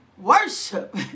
Worship